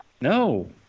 No